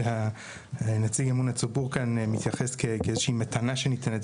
נציג אמון הציבור מתייחס לזה כאיזושהי מתנה שניתנת.